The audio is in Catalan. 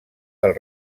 del